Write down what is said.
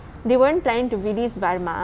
they weren't planning to release Varma